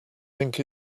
think